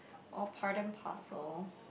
all part and parcel